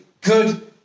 good